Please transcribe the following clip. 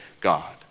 God